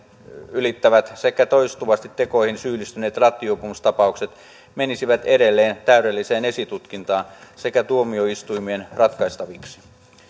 ylittävät sekä toistuvasti tekoihin syyllistyneet rattijuopumustapaukset menisivät edelleen täydelliseen esitutkintaan sekä tuomioistuimien ratkaistaviksi